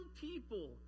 people